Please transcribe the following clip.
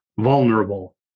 vulnerable